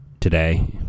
today